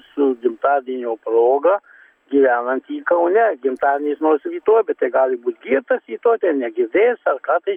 su gimtadienio proga gyvenantį kaune gimtadienis nors rytoj bet tai gali būt girtas rytoj tai ir negirdės ar ką tai